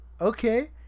okay